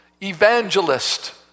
evangelist